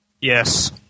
Yes